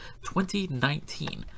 2019